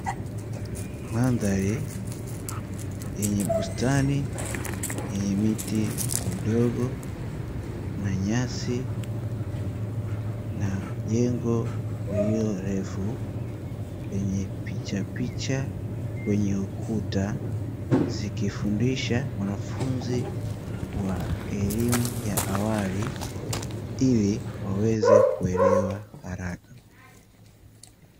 Mandhari yenye bustani yenye miti midogo, na nyasi na jengo lililo refu, lenye pichapicha kwenye ukuta, zikifundisha wanafunzi wa elimu ya awali, ili waweze kuelewa haraka.